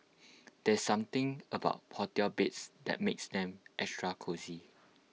there's something about hotel beds that makes them extra cosy